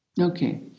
Okay